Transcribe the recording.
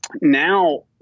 now